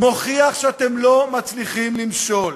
מוכיח שאתם לא מצליחים למשול.